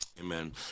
Amen